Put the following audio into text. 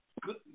good